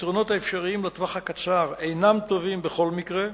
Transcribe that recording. הפתרונות האפשריים לטווח הקצר אינם טובים בכל מקרה: